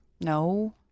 No